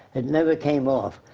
it never came off,